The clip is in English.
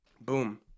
Boom